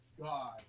god